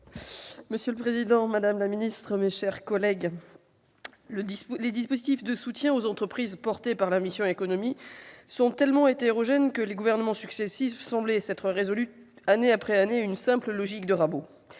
Monsieur le président, madame la secrétaire d'État, mes chers collègues, les dispositifs de soutien aux entreprises inclus dans la mission « Économie » sont tellement hétérogènes que les gouvernements successifs semblaient s'être résolus, année après année, à une simple logique de rabot.